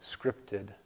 scripted